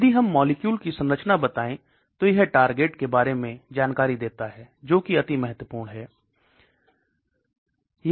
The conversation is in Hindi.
यदि हम मॉलिक्यूल की संरचना बताये तो यह सक्षम टारगेट के बारे में जानकारी देता है जो की अति महत्यपूर्णं है